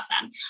awesome